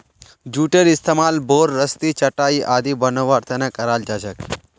जूटेर इस्तमाल बोर, रस्सी, चटाई आदि बनव्वार त न कराल जा छेक